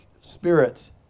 spirit